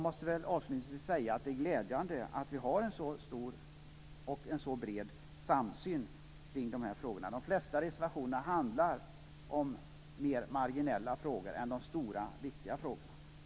Det är glädjande att vi har en så stor och bred samsyn kring dessa frågor. De flesta reservationer handlar mer om de marginella än om de stora och viktiga frågorna.